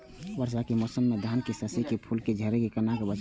वर्षा के मौसम में धान के शिश के फुल के झड़े से केना बचाव करी?